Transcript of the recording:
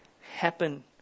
Happen